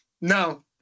no